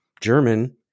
German